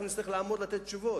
ואנחנו נצטרך לעמוד ולתת תשובות.